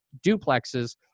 duplexes